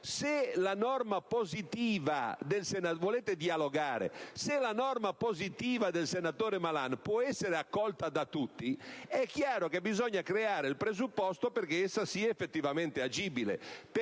Se la norma positiva del senatore Malan può essere accolta da tutti, è chiaro che bisogna creare il presupposto perché sia effettivamente agibile.